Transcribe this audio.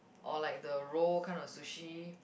or like the roll kind of sushi